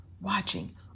watching